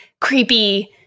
creepy